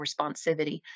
responsivity